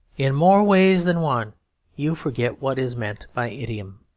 in more ways than one you forget what is meant by idiom.